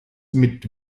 mit